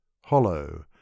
hollow